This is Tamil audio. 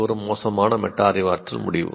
இது ஒரு மோசமான மெட்டா அறிவாற்றல் முடிவு